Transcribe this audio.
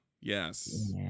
yes